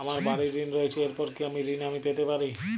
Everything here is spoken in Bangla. আমার বাড়ীর ঋণ রয়েছে এরপর কি অন্য ঋণ আমি পেতে পারি?